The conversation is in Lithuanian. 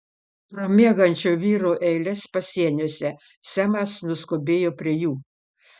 pro miegančių vyrų eiles pasieniuose semas nuskubėjo prie jų